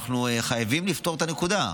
ואנחנו חייבים לפתור את הנקודה.